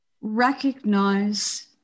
recognize